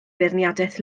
beirniadaeth